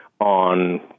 on